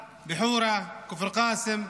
ברהט, בחורה, בכפר קאסם,